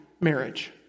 Marriage